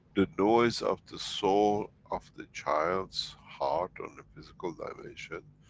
the noise of the soul, of the child's heart on the physical dimension,